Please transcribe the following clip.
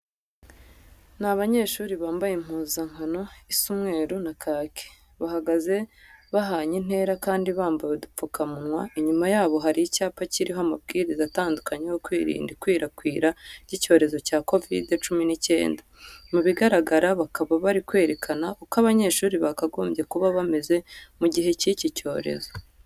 Ni abanyeshuri bambaye impuzankano isa umweru na kake, bahagaze bahanye intera kandi bambaye udupfukamunwa. Inyuma yabo hari icyapa kiriho amabwiriza atandukanye yo kwirinda ikwirakwira ry'icyorezo cya kovide cumi n'icyenda. Mu bigaragara bakaba bari kwerekana uko abanyeshuri bakagombye kuba bameze mu gihe cy'iki cyorezo.